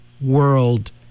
world